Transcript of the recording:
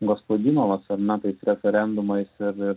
gospadinovas ar ne tais referendumais ir ir